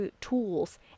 tools